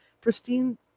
pristine